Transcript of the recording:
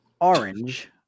Orange